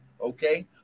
Okay